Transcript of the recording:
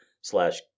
slash